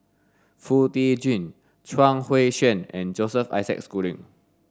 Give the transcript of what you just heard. Foo Tee Jun Chuang Hui Tsuan and Joseph Isaac Schooling